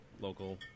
local